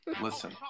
listen